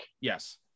Yes